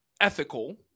ethical